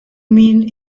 mean